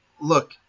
look